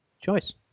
choice